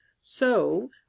So